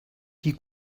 die